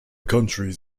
countries